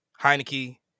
Heineke